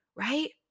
right